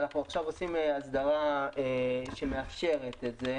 ואנחנו עושים עכשיו הסדרה שמאפשרת את זה